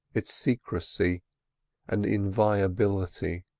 its secrecy and inviolability.